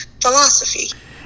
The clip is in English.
philosophy